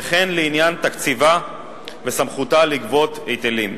וכן לעניין תקציבה וסמכותה לגבות היטלים.